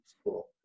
school